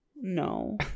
no